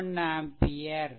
31 ஆம்பியர்ampere